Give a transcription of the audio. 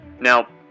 Now